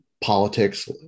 politics